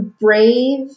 brave